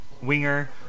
winger